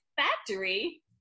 factory